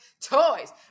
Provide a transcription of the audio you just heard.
toys